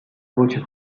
voce